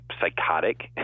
psychotic